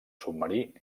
submarí